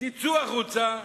תצאו החוצה,